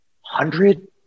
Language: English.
hundred